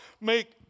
make